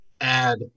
add